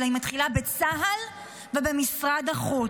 אלא זה מתחיל בצה"ל ובמשרד החוץ.